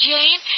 Jane